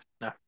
No